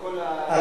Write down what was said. וכל,